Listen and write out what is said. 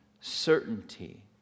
certainty